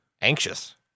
anxious